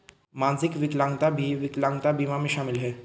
मानसिक विकलांगता भी विकलांगता बीमा में शामिल हैं